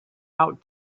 out